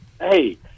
Hey